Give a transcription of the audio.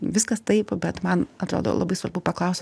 viskas taip bet man atrodo labai svarbu paklaus